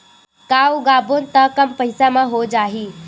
का उगाबोन त कम पईसा म हो जाही?